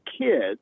kids